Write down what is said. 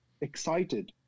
excited